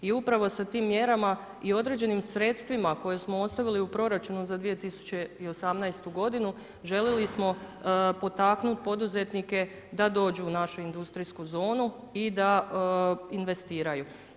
I upravo sa tim mjerama i određenim sredstvima koje smo ostavili u proračunu za 2018. godinu željeli smo potaknuti poduzetnike da dođu u našu industrijsku zonu i da investiraju.